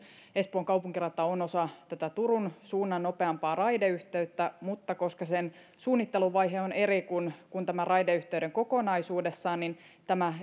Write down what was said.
espoon kaupunkirata on osa tätä turun suunnan nopeampaa raideyhteyttä mutta koska sen suunnitteluvaihe on eri kuin tämän raideyhteyden kokonaisuudessaan niin tämä